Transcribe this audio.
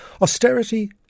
austerity